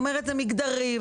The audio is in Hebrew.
זה מגדרי,